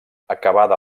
acabada